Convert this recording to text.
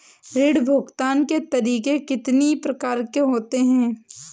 ऋण भुगतान के तरीके कितनी प्रकार के होते हैं?